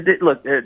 look